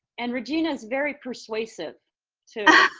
and regina is very persuasive too.